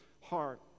heart